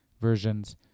versions